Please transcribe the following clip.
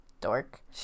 dork